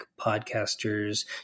podcasters